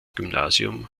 gymnasium